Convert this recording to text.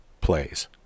plays